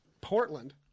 Portland